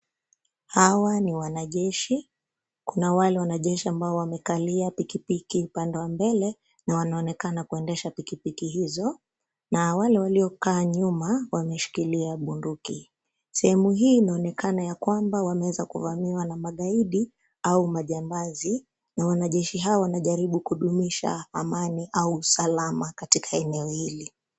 Hawa ni wanajeshi, kuna wale wanajeshi ambao wamekalia pikipiki upande wa mbele na wanaonekana kuendesha pikipiki hizo, na wale waliokaa nyuma wameshikilia bunduki. Sehemu hii inaonekana kwamba wameweza kuvamiwa na magaidi au majambazi na wanajeshi hawa wanajaribu kudunisha amani au usalama katika eneo hili.